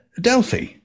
Delphi